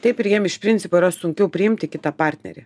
taip ir jiem iš principo yra sunkiau priimti kitą partnerį